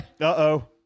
Uh-oh